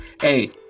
hey